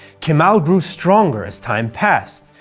kemal grew stronger as time passed,